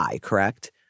correct